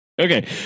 okay